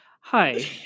Hi